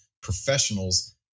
professionals